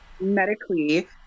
medically